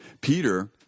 Peter